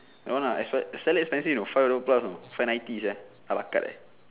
don't want ah expe~ slightly expensive you know five dollar plus you know five ninety ala carte